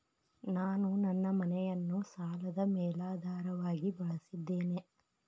ನಾನು ನನ್ನ ಮನೆಯನ್ನು ಸಾಲದ ಮೇಲಾಧಾರವಾಗಿ ಬಳಸಿದ್ದೇನೆ